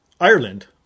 Ireland